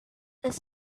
this